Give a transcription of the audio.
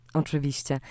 oczywiście